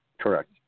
Correct